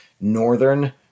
Northern